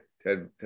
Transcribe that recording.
Ted